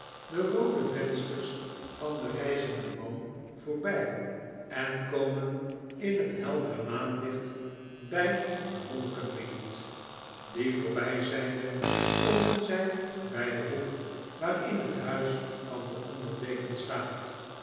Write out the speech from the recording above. de roode vensters van de fieizende man voorby en komen in het heldere maanlicht by den monniken wingerd dien voorby zijnde komen zy by den hoek waarin het huis van den onder deken staat